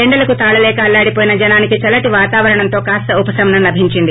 ఎండలకు తాళలేక అల్లాడివోయిన జనానికి చల్లటి వాతావరణం తో కాస్త ఉపశమనం లబించింది